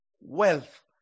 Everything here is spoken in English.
Wealth